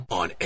on